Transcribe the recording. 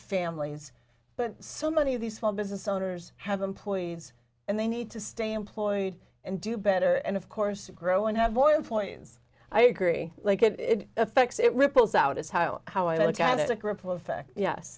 families but so many of these small business owners have employees and they need to stay employed and do better and of course to grow and have oil points i agree like it affects it ripples out is how how i look at it a ripple effect yes